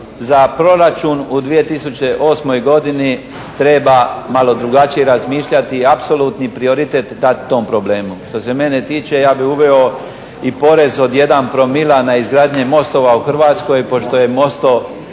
za proračun u 2008. godini treba malo drugačije razmišljati i apsolutni prioritet dati tom problemu. Što se mene tiče ja bih uveo i porez od 1 promila na izgradnje mostova u Hrvatskoj pošto je mostofilski